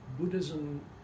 Buddhism